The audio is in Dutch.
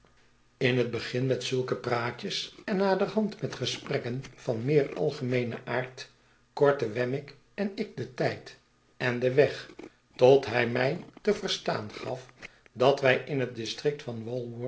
in het begin met zulke praatjes en naderhand met gesprekken van meer algemeenen aard kortten wemmick en ik den tijd'en den weg tot hij mij te verstaan gaf dat wij in het district van